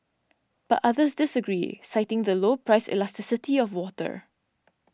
but others disagree citing the low price elasticity of water